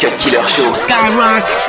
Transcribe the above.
Skyrock